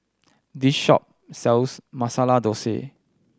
this shop sells Masala Dosa